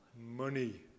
money